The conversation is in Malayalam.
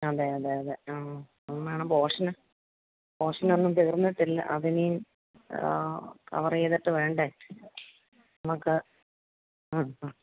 അതെ അതെ അതെ ആ മാഡം പോഷന് പോഷൻ ഒന്നും തീർന്നിട്ടില്ല അതിനി കവർ ചെയ്തിട്ടു വേണ്ടേ നമക്ക് ആ ആ